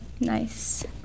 Nice